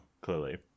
clearly